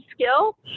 skill